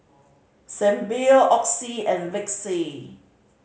Sebamed Oxy and Vichy